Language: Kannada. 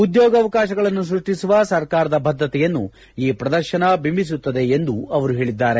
ಉದ್ಯೋಗ ಅವಕಾಶಗಳನ್ನು ಸೃಷ್ಟಿಸುವ ಸರ್ಕಾರದ ಬದ್ದತೆಯನ್ನು ಈ ಪ್ರದರ್ಶನ ಬಿಂಬಿಸುತ್ತಿದೆ ಎಂದು ಅವರು ಹೇಳಿದ್ದಾರೆ